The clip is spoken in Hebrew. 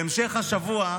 בהמשך השבוע,